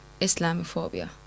Islamophobia